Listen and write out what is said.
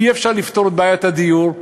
אי-אפשר לפתור את בעיית הדיור,